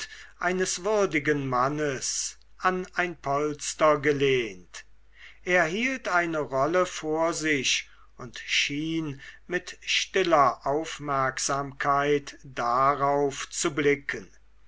eines würdigen mannes an ein polster gelehnt er hielt eine rolle vor sich und schien mit stiller aufmerksamkeit darauf zu blicken